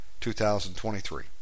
2023